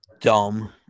dumb